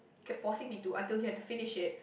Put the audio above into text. kept forcing me to until he had to finish it